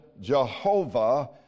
Jehovah